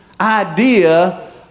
idea